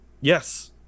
yes